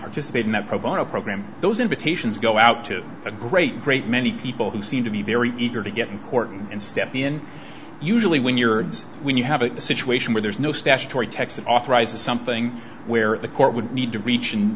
participate in that pro bono program those invitations go out to a great great many people who seem to be very eager to get in court and step in usually when you're when you have a situation where there's no statutory text that authorizes something where the court would need to reach and